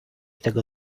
tego